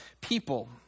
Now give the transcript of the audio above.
people